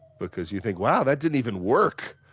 because you think, wow that didn't even work!